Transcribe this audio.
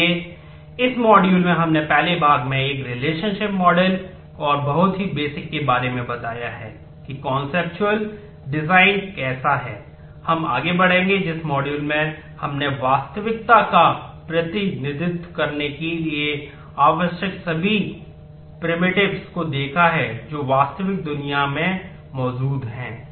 इसलिए इस मॉड्यूल में हमने पहले भाग में एक रिलेशनशिप मॉडल को देखा है जो वास्तविक दुनिया में मौजूद हैं